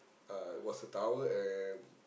uh it was a tower and